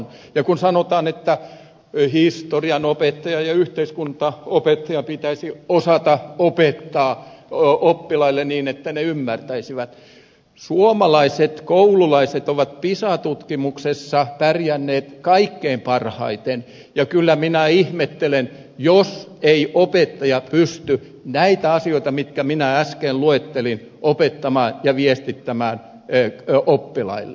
ja kun sanotaan että historian opettajan ja yhteiskuntaopin opettajan pitäisi osata opettaa oppilaille niin että he ymmärtäisivät niin suomalaiset koululaiset ovat pisa tutkimuksessa pärjänneet kaikkein parhaiten ja kyllä minä ihmettelen jos ei opettaja pysty näitä asioita mitkä minä äsken luettelin opettamaan ja viestittämään oppilaille